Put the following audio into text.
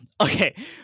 Okay